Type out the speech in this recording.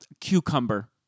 Cucumber